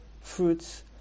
fruits